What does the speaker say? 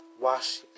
wash